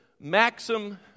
maxim